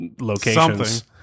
locations